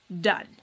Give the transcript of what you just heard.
done